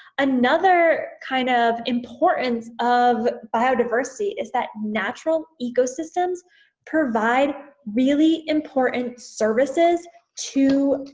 another kind of importance of biodiversity is that natural ecosystems provide really important services to